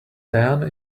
diana